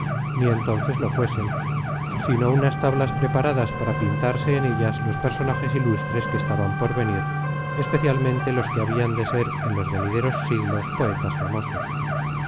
ni entonces lo fuesen sino unas tablas preparadas para pintarse en ellas los personajes ilustres que estaban por venir especialmente los que habian de ser en los venideros siglos poetas famosos